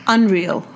Unreal